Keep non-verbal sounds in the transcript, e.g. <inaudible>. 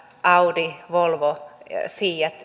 audi volvo fiat <unintelligible>